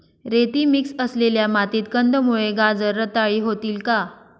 रेती मिक्स असलेल्या मातीत कंदमुळे, गाजर रताळी होतील का?